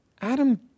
Adam